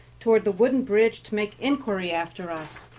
toward the wooden bridge to make inquiry after us.